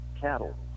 cattle